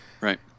right